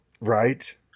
right